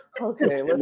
Okay